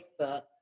Facebook